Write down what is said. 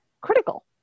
critical